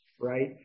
right